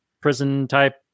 prison-type